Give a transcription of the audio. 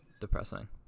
Depressing